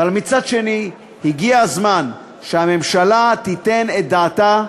אבל מצד שני הגיע הזמן שהממשלה תיתן את דעתה,